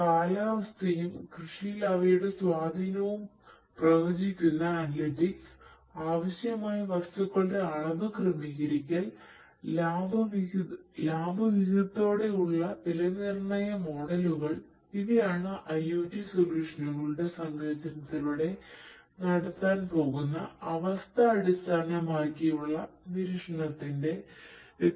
കാലാവസ്ഥയും കൃഷിയിൽ അവയുടെ സ്വാധീനവും പ്രവചിക്കുന്ന അനലിറ്റിക്സ്